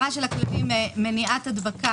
הכללים מניעת הדבקה